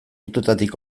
urtetatik